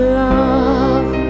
love